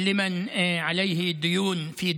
החוק הזה הוא חוק חברתי,